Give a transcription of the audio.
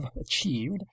achieved